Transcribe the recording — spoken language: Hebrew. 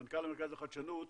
מנכ"ל המרכז לחדשנות.